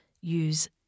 use